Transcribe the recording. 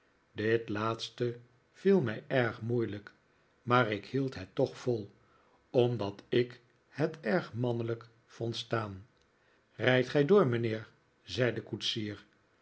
dit laatste viel mij erg moeilijk maar ik hield het toch vol omdat ik het erg mannelijk vond staan rijdt gij door mijnheer zei de koetsier